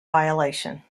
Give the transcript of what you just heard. violation